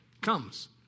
comes